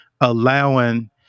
allowing